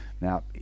Now